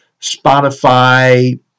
Spotify